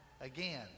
again